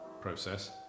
process